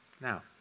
Now